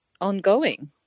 ongoing